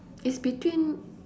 is between